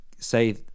say